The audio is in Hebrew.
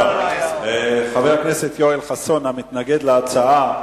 חבר הכנסת יואל חסון, המתנגד להצעה,